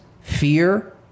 fear